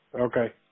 Okay